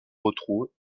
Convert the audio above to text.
retrouvent